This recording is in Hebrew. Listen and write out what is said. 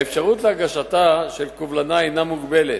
האפשרות להגשת קובלנה הינה מוגבלת.